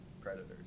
predators